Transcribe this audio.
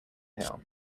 hill